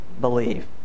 believe